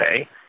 Okay